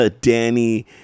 Danny